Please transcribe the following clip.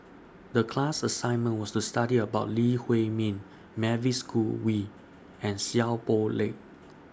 The class assignment was to study about Lee Huei Min Mavis Khoo Oei and Seow Poh Leng